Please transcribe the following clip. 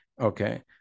okay